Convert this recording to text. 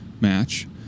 match